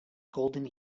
golden